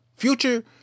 Future